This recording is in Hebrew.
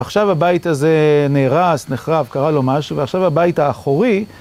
עכשיו הבית הזה נהרס, נחרב, קרה לו משהו, ועכשיו הבית האחורי...